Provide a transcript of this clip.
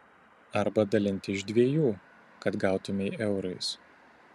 arba dalinti iš dviejų kad gautumei eurais